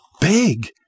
big